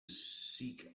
seek